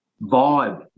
vibe